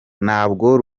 ntabwo